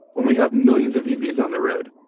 when we have millions of evs on the road,